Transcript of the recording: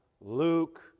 Luke